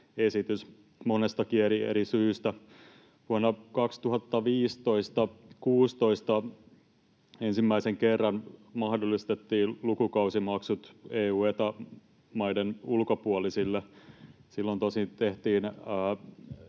monestakin eri syystä. Vuonna 2015—2016 ensimmäisen kerran mahdollistettiin lukukausimaksut EU- ja Eta-maiden ulkopuolisille. Silloin tosin tehtiin